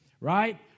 Right